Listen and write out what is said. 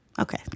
Okay